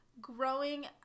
growing